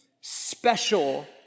special